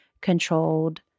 controlled